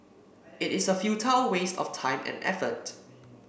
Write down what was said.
it is a futile waste of time and effort